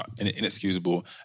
inexcusable